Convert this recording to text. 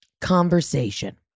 conversation